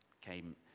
came